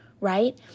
right